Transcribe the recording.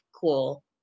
cool